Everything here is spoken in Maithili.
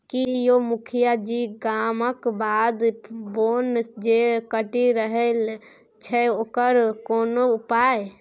की यौ मुखिया जी गामक बाध बोन जे कटि रहल छै ओकर कोनो उपाय